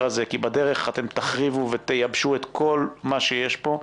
הזה כי בדרך אתם תחריבו ותייבשו את כל מה שיש פה,